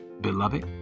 Beloved